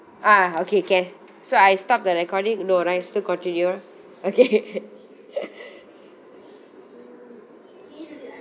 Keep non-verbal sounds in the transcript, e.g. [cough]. ah okay can so I stop the recording no right still continue ah okay [laughs]